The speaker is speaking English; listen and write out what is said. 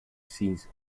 season